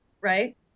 right